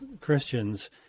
Christians